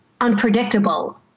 unpredictable